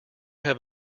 have